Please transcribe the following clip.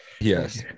yes